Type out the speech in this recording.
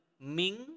Ming